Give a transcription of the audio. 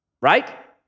right